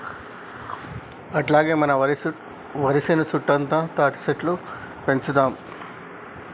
అట్లాగే మన వరి సేను సుట్టుతా తాటిసెట్లు పెంచుదాము